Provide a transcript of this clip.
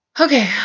Okay